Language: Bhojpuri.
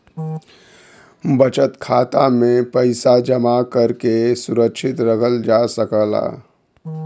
बचत खाता में पइसा जमा करके सुरक्षित रखल जा सकला